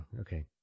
okay